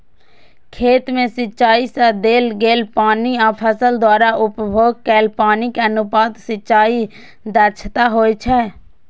खेत मे सिंचाइ सं देल गेल पानि आ फसल द्वारा उपभोग कैल पानिक अनुपात सिंचाइ दक्षता होइ छै